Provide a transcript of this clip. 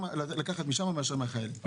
ולקחת משם מאשר מהחייל.